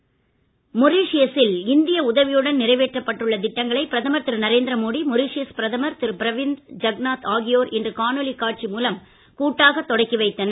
Mauritius மொரிஷியசில் இந்திய உதவியுடன் நிறைவேற்றப்பட்டுள்ள திட்டங்களை பிரதமர் திரு நரேந்திரமோடி மொரிஷியஸ் பிரதமர் திரு பிரவிந்த் ஜக்நாத் ஆகியோர் இன்று காணொலி காட்சி மூலம் கூட்டாக தொடக்கி வைத்தனர்